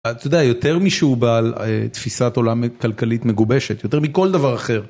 אתה יודע, יותר מישהו בעל תפיסת עולם כלכלית מגובשת, יותר מכל דבר אחר.